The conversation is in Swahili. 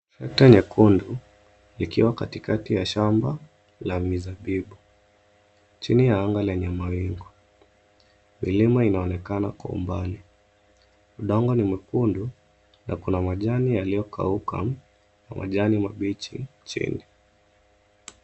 Tractor nyekundu ikiwa katikati ya shamba la mizabibu. Chini ya anga lenye mawingu, milima inaonekana kwa umbali. Udongo ni mwekundu na kuna majani yaliyokauka na majani mabichi chini.